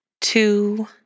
two